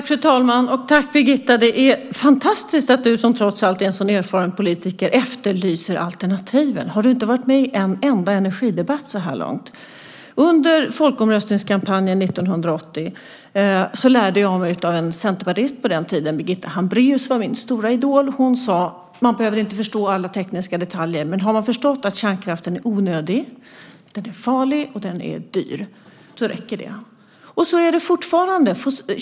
Fru talman! Jag vill tacka dig, Birgitta! Det är fantastiskt att du, som trots allt är en så erfaren politiker, efterlyser alternativen. Har du inte varit med i en enda energidebatt så här långt? Under folkomröstningskampanjen 1980 lärde jag mig av en centerpartist på den tiden. Birgitta Hambraeus var min stora idol. Hon sade: Man behöver inte förstå alla tekniska detaljer, men har man förstått att kärnkraften är onödig, farlig och dyr så räcker det. Så är det fortfarande.